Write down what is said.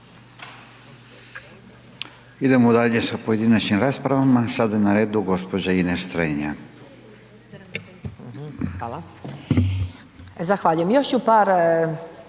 Idemo dalje sa pojedinačnim raspravama. Sada je na redu gospođa Ines Strenja. **Strenja,